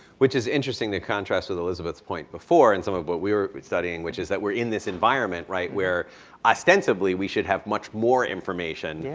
which is interesting to contrast with elizabeth's point before and some of what we were studying which is that we're in this environment right where ostensibly we should have much more information, yeah